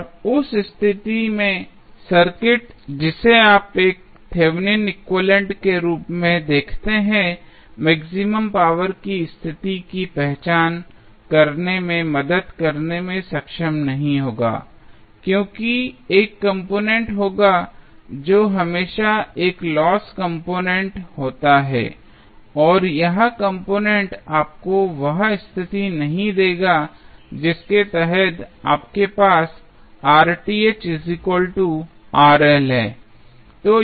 और उस स्थिति में सर्किट जिसे आप एक थेवेनिन एक्विवैलेन्ट Thevenins equivalent के रूप में देखते हैं मैक्सिमम पावर की स्थिति की पहचान करने में मदद करने में सक्षम नहीं होगा क्यों कि एक कम्पोनेंट होगा जो हमेशा एक लॉस कम्पोनेंट होता है और यह कम्पोनेंट आपको वह स्थिति नहीं देगा जिसके तहत आपके पास है